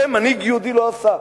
את זה מנהיג יהודי לא עשה.